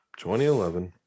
2011